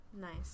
Nice